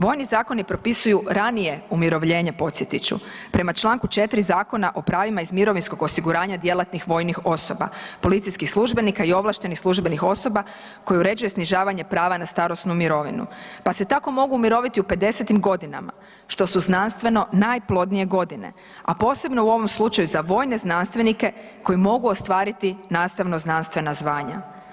Vojni zakoni propisuju ranije umirovljenje, podsjetit ću, prema Članku 4. Zakona o pravima iz mirovinskog osiguranja djelatnih vojnih osoba, policijskih službenika i ovlaštenih službenih osoba koji uređuju snižavanje prava na starosnu mirovinu, pa se tako mogu umiroviti u 50-tim godinama što su znanstveno najplodnije godine, a posebno u ovom slučaju za vojne znanstvenike koji mogu ostvariti nastavno-znanstvena zvanja.